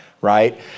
right